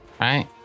Right